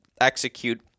execute